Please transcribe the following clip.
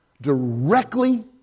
directly